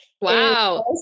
Wow